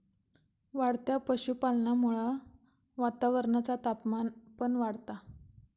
वाढत्या पशुपालनामुळा वातावरणाचा तापमान पण वाढता